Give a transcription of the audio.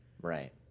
right